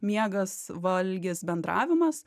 miegas valgis bendravimas